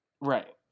right